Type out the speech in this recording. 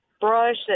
brush